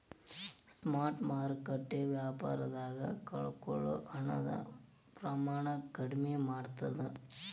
spot ಮಾರುಕಟ್ಟೆ ವ್ಯಾಪಾರದಾಗ ಕಳಕೊಳ್ಳೊ ಹಣದ ಪ್ರಮಾಣನ ಕಡ್ಮಿ ಮಾಡ್ತದ